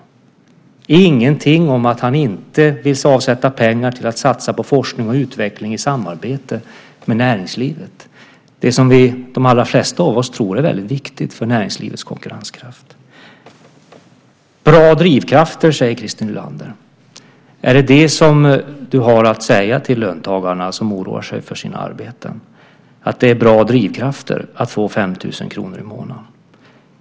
Han säger ingenting om att han inte vill avsätta pengar till att satsa på forskning och utveckling i samarbete med näringslivet, det som de allra flesta av oss tror är väldigt viktigt för näringslivets konkurrenskraft. Bra drivkrafter, säger Christer Nylander. Är det vad du har att säga till de löntagare som oroar sig för sina arbeten - att det är en bra drivkraft att få 5 000 kr i månaden?